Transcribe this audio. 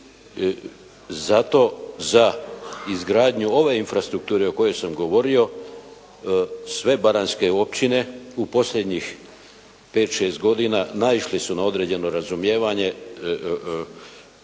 zato za izgradnju ove infrastrukture o kojoj sam govorio sve baranjske općine u posljednjih 5, 6 godina naišle su na određeno razumijevanje